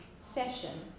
session